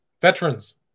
Veterans